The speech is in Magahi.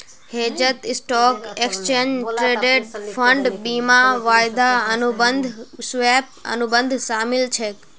हेजत स्टॉक, एक्सचेंज ट्रेडेड फंड, बीमा, वायदा अनुबंध, स्वैप, अनुबंध शामिल छेक